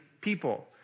people